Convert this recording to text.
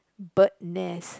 bird nest